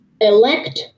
elect